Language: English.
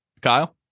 Kyle